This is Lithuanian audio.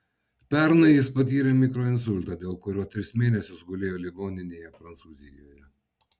pernai jis patyrė mikroinsultą dėl kurio tris mėnesius gulėjo ligoninėje prancūzijoje